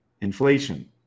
Inflation